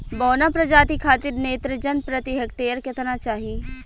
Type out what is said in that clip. बौना प्रजाति खातिर नेत्रजन प्रति हेक्टेयर केतना चाही?